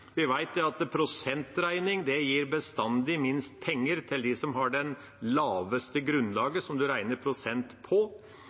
Vi vet at prosentregning bestandig gir minst penger til den som har det laveste